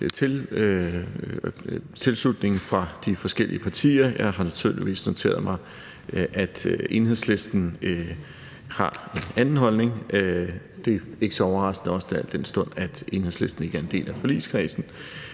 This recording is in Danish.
tilslutningen fra de forskellige partier. Jeg har naturligvis noteret mig, at Enhedslisten har en anden holdning. Det er ikke så overraskende, al den stund at Enhedslisten ikke er en del af forligskredsen.